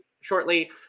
shortly